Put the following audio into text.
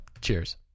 Cheers